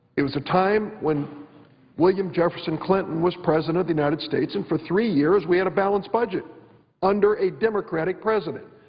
it was a time when william jefferson clinton was president of the united states, and for three years we had a balanced budget under a democratic president.